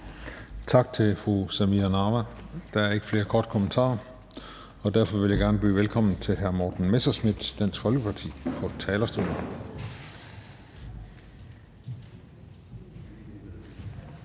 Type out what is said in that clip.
Tak til fru Samira Nawa. Der er ikke flere korte bemærkninger, og derfor vil jeg gerne byde velkommen til hr. Morten Messerschmidt, Dansk Folkeparti, på talerstolen.